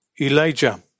Elijah